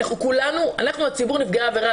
אנחנו הציבור נפגעי העבירה.